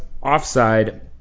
offside